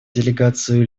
делегацию